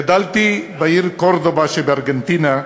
גדלתי בעיר קורדובה שבארגנטינה,